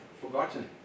forgotten